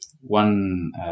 one